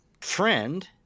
friend